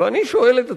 ואני שואל את עצמי,